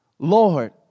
Lord